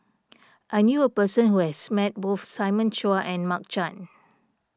I knew a person who has met both Simon Chua and Mark Chan